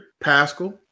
Pascal